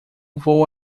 vou